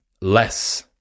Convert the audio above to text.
less